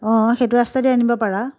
অঁ অঁ সেইটো ৰাস্তাইদি আনিব পাৰা